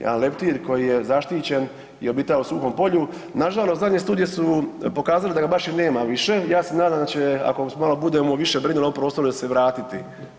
Jedan leptir koji je zaštićen i obitava u Suhom polju, nažalost, zadnje studije su pokazale da ga baš i nema više, ja se nadam da će ako se budemo više brinuli o prostoru, da će se vratiti.